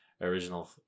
original